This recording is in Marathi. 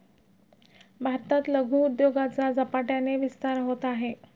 भारतात लघु उद्योगाचा झपाट्याने विस्तार होत आहे